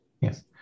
Yes